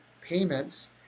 payments